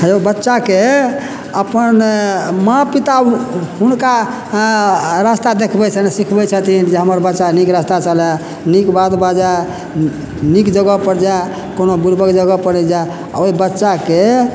hello बच्चाके अपन माँ पिता हुनका रास्ता देखबै छथिन सिखबै छथिन जे हमर बच्चा नीक रास्ता चलै नीक बात बाजए नीक जगह पर जाए कोनो बुड़बक जगह पर जाए आ ओहि बच्चाके